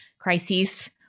crises